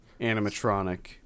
animatronic